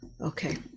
Okay